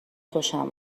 خوشم